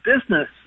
business